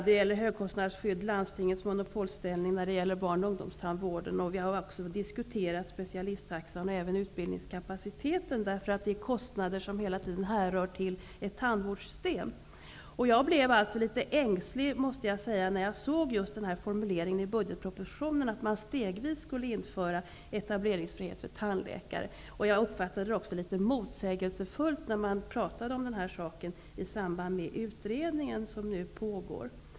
Det gäller högkostnadsskydd och landstingets monopolställning när det gäller barnoch ungdomstandvården. Vi har också diskuterat specialisttaxan och utbildningskapaciteten, därför att det är fråga om kostnader som är knutna till ett tandvårdssystem. Jag måste säga att jag blev litet ängslig när jag i budgetpropositionen såg formuleringen om att man stegvis skulle införa etableringsfrihet för tandläkare. Jag uppfattade det också som litet motsägelsefullt när frågan togs upp i samband med den utredning som nu pågår.